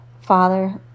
father